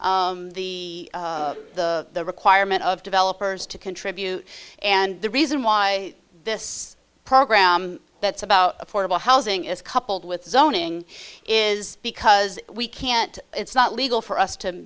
the requirement of developers to contribute and the reason why this program that's about affordable housing is coupled with zoning is because we can't it's not legal for us to